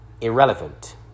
irrelevant